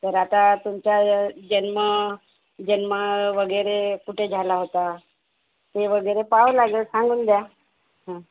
तर आता तुमच्या जन्म जन्म वगैरे कुठे झाला होता ते वगैरे पाहावं लागेल सांगून द्या हां